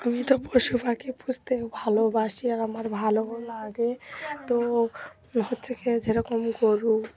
আমি তো পশু পাখি পুষতে ভালোবাসি আর আমার ভালোও লাগে তো হচ্ছে কী যেরকম গরু